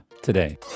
today